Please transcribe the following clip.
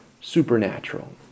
supernatural